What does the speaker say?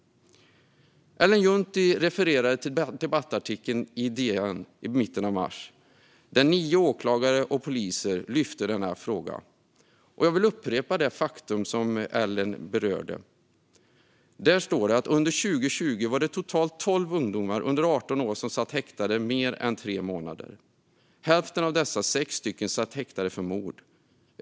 Ellen Juntti refererade till en debattartikel i DN i mitten av mars, där nio åklagare och poliser lyfte fram denna fråga. Och jag vill upprepa det faktum som Ellen berörde. I artikeln står att det under 2020 var totalt tolv ungdomar under 18 år som satt häktade mer än tre månader. Hälften av dessa, sex stycken, satt häktade för mord.